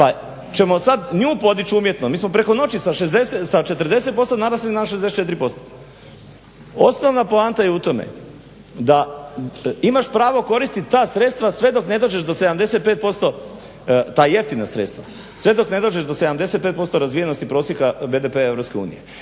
pa ćemo sad nju podići umjetno. Mi smo preko noći sa 40% naraslo na 64%. Osnovna poanta je u tome da imaš pravo koristiti ta sredstva sve dok ne dođeš do 75% ta jeftina sredstva. Sve dok ne dođeš do 75% prosjeka BDP-a EU.